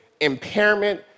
impairment